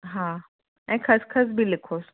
हा ऐं खसिखसि बि लिखोसि